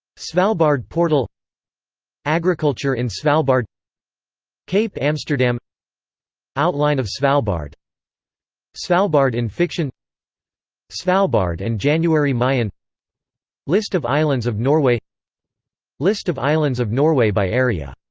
svalbard portal agriculture in svalbard cape amsterdam outline of svalbard svalbard in fiction svalbard and jan mayen list of islands of norway list of islands of norway by area